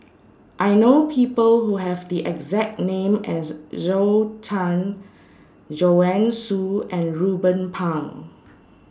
I know People Who Have The exact name as Zhou Can Joanne Soo and Ruben Pang